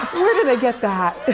where did they get that?